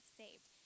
saved